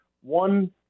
one